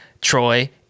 Troy